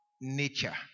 nature